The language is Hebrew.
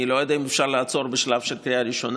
אני לא יודע אם אפשר לעצור בשלב של קריאה ראשונה,